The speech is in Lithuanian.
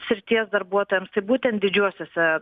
srities darbuotojams tai būtent didžiuosiuose